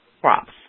crops